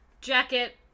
jacket